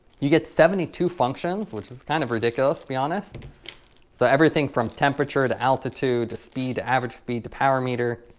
you get seventy two functions which is kind of ridiculous to be honest so everything from temperature to altitude to speed average, speed to power meter,